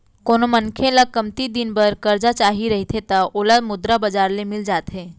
कोनो मनखे ल कमती दिन बर करजा चाही रहिथे त ओला मुद्रा बजार ले मिल जाथे